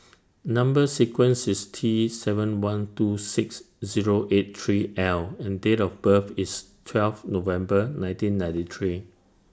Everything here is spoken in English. Number sequence IS T seven one two six Zero eight three L and Date of birth IS twelve November nineteen ninety three